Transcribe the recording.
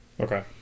okay